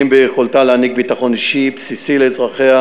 ביכולתה להעניק ביטחון אישי בסיסי לאזרחיה,